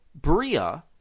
Bria